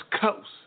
Coast